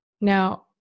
Now